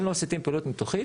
אם לא מסיתים פעילות ניתוחית,